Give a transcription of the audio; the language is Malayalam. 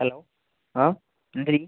ഹലോ ആ എന്ത് എടീ